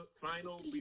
final